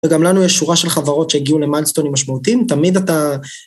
וגם לנו יש שורה של חברות שהגיעו למיילסטונים משמעותיים, תמיד אתה...